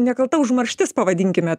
nekalta užmarštis pavadinkime